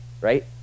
right